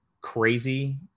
crazy